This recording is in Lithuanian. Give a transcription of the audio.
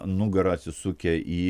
nugara atsisukę į